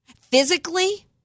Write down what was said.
physically